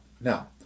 Now